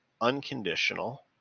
unconditional